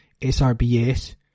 SRBS